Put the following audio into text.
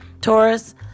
Taurus